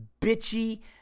bitchy